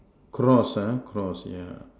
cross uh cross yeah